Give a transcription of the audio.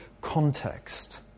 context